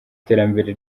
iterambere